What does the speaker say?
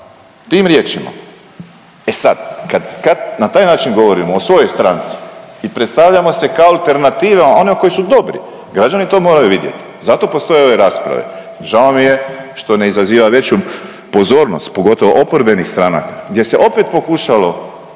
tim riječima. E sad, kad, kad na taj način govorimo o svojoj stranci i predstavljamo se kao alternativa onima koji su dobri, građani to moraju vidjeti, zato postoje ove rasprave, žao mi je što ne izaziva veću pozornost, pogotovo oporbenih stranaka gdje se opet pokušalo